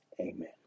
Amen